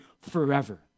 forever